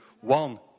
one